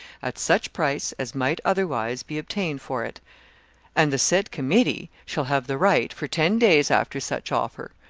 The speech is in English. at such price as might otherwise be obtained for it and the said committee shall have the right, for ten days after such offer,